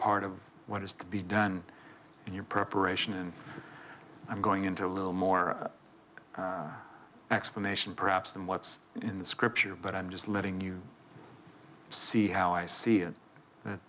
part of what has to be done in your preparation and i'm going into a little more explanation perhaps than what's in the scripture but i'm just letting you see how i see